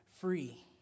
free